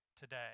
today